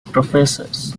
professors